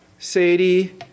Sadie